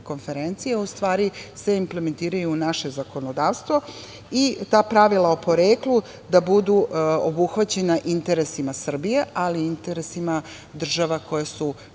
konferencije se implementiraju u naše zakonodavstvo i ta pravila o poreklu da budu obuhvaćena interesima Srbije, ali i interesima država koje su